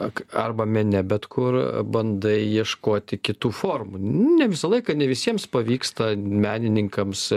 ak arba mene bet kur bandai ieškoti kitų formų ne visą laiką ne visiems pavyksta menininkams